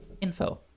info